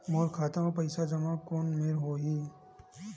मोर खाता मा पईसा जमा कोन मेर होही?